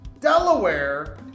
Delaware